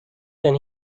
then